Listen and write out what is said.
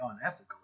unethical